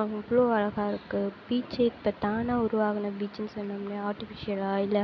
அவ்வளோ அழகாக இருக்குது பீச்சே இப்போ தானா உருவாகுன பீச்சுன்னு சொன்னோம்லியா ஆர்டிஃபிஷியலாக இல்லை